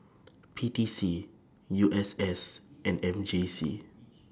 P T C U S S and M J C